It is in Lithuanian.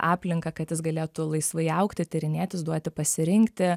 aplinką kad jis galėtų laisvai augti tyrinėtis duoti pasirinkti